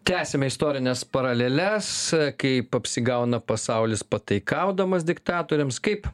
tęsiame istorines paraleles kaip apsigauna pasaulis pataikaudamas diktatoriams kaip